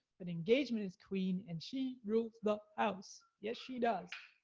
but engagement is queen, and she rules the house. yes she does.